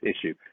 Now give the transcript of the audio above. issue